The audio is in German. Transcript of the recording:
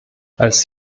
als